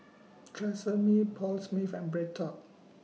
Tresemme Paul Smith and BreadTalk